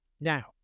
Now